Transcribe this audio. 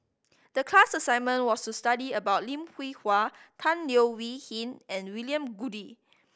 the class assignment was to study about Lim Hwee Hua Tan Leo Wee Hin and William Goode